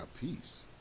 peace